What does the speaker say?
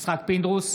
(קורא בשם חבר הכנסת) יצחק פינדרוס,